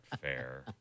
fair